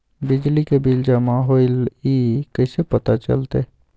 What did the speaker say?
बिजली के बिल जमा होईल ई कैसे पता चलतै?